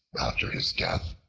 after his death,